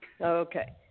Okay